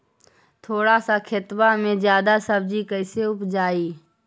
थोड़ा सा खेतबा में जादा सब्ज़ी कैसे उपजाई?